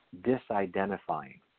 disidentifying